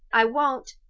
i won't,